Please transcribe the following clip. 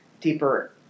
deeper